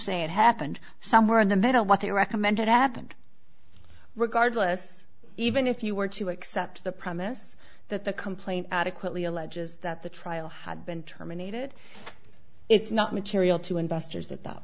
say it happened somewhere in the middle what they recommended happened regardless even if you were to accept the premise that the complaint adequately alleges that the trial had been terminated it's not material to investors at that